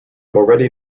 already